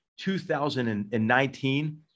2019